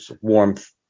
warmth